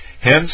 Hence